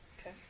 Okay